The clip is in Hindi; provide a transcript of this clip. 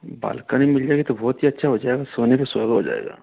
बालकनी मिल जाएगी तो बहुत ही अच्छा हो जाएगा सोने पे सुहागा हो जाएगा